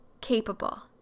capable